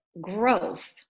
growth